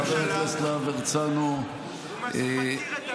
חבר הכנסת להב הרצנו, הוא מתיר את דמה ואתה שותק.